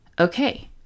okay